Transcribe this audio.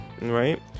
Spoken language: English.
right